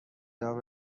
دار